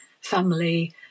family